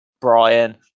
Brian